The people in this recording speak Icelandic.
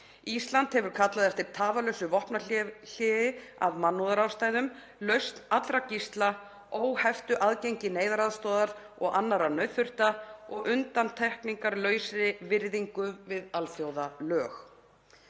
Ísland hefur kallað eftir tafarlausu vopnahléi af mannúðarástæðum, lausn allra gísla, óheftu aðgengi neyðaraðstoðar og annarra nauðþurfta og undantekningarlausri virðingu við alþjóðalög.